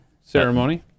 ceremony